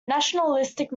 nationalistic